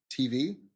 TV